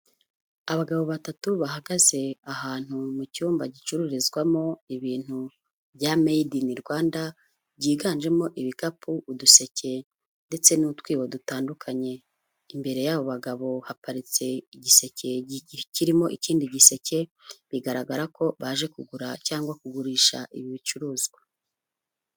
Abagabo batatu bahagaze ahantu mu cyumba gicururizwamo ibintu bya made in Rwanda, byiganjemo ibikapu, uduseke ndetse n'utwibo dutandukanye, imbere y'abo bagabo haparitse igiseke kirimo ikindi giseke, bigaragara ko baje kugura cyangwa kugurisha ibi bicuruzwa.